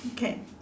okay